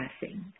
passing